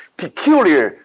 peculiar